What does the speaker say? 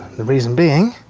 the reason being